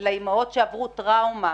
לאימהות שעברו טראומה